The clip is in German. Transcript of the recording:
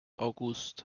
august